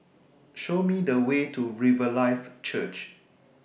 Show Me The Way to Riverlife Church